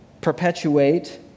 perpetuate